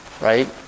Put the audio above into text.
right